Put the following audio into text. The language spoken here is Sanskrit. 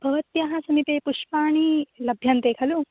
भवत्याः समीपे पुष्पाणि लभ्यन्ते खलु